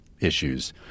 issues